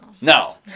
No